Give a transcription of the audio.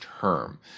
term